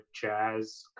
jazz